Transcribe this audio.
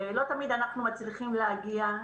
לא תמיד אנחנו מצליחים להגיע,